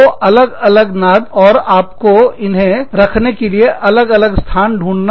दो अलग अलग नाद और आपको उन्हें रखने के लिए अलग अलग स्थान ढूंढना होता